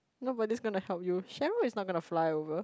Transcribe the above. nobody's gonna help you Sharon is not gonna fly over